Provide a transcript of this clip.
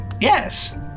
Yes